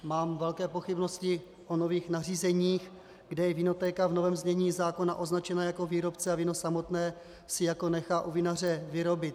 Mám velké pochybnosti o nových nařízeních, kde je vinotéka v novém znění zákona označena jako výrobce a víno samotné si jako nechá u vinaře vyrobit.